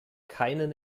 keinen